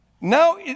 Now